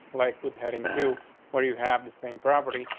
like with heading to where you have the same property,